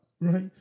Right